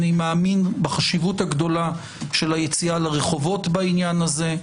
אני מאמין בחשיבות הגדולה של היציאה לרחובות בעניין הזה.